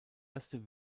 erste